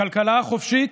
הכלכלה החופשית,